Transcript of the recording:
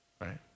right